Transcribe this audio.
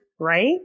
right